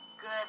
good